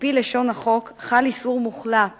על-פי לשון החוק, חל איסור מוחלט